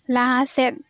ᱞᱟᱦᱟ ᱥᱮᱫ